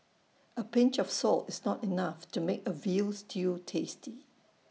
A pinch of salt is not enough to make A Veal Stew tasty